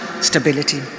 stability